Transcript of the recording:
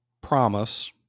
promise